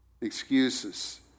Excuses